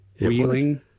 Wheeling